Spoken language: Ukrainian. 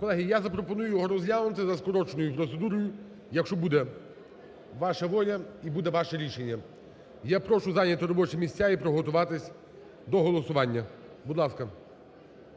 Колеги, я запропоную його розглянути за скороченою процедурою, якщо буде ваша воля і буде ваше рішення. Я прошу зайняти робочі місця і приготуватися до голосування. Будь ласка.